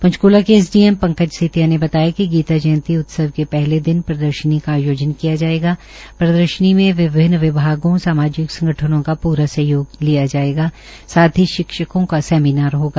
पंचकूला के M D M Pankaj Setia ने बताया कि गीता जयंती उत्सव के पहले दिन प्रदर्शनी में विभिन्न विभागों सामाजिक संगठनों का प्रा सहयोग लिया जायेगा साथ ही शिक्षकों का सेमिनार होगा